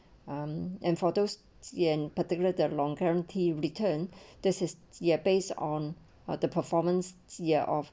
um and for those ya in particular the long guarantee return this is are based on the performance ya of